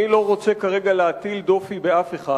אני לא רוצה כרגע להטיל דופי באף אחד,